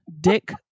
dick